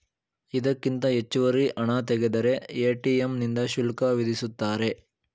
ಇದಕ್ಕಿಂತ ಹೆಚ್ಚುವರಿ ಹಣ ತೆಗೆದರೆ ಎ.ಟಿ.ಎಂ ನಿಂದ ಶುಲ್ಕ ವಿಧಿಸುತ್ತಾರೆ